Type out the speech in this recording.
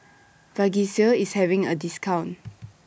Vagisil IS having A discount